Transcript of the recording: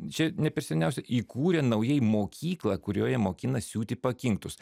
čia ne per seniausiai įkūrė naujai mokyklą kurioje mokina siūti pakinktus